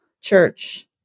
church